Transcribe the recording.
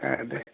दे दे